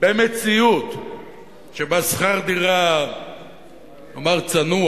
במציאות שבה שכר דירה נאמר צנוע